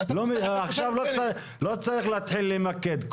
עכשיו לא צריך להתחיל למקד.